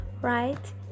right